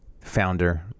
founder